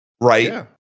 right